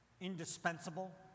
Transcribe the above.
indispensable